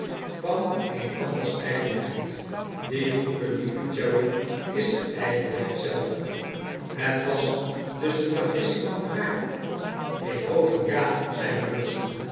van een anders ijdelheid die goede lieve cherry is de ijdelheid zelf het was dus een vergissing van haar ik hoop van ja zei mercy